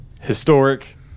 historic